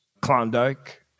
Klondike